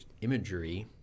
imagery